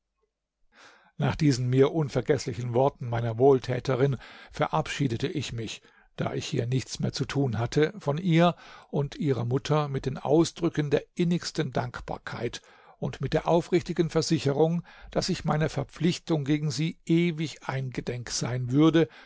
nach diesen mir unvergeßlichen worten meiner wohltäterin verabschiedete ich mich da ich hier nichts mehr zu tun hatte von ihr und ihrer mutter mit den ausdrücken der innigsten dankbarkeit und mit der aufrichtigen versicherung daß ich meiner verpflichtung gegen sie ewig eingedenk sein würde